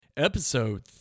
Episode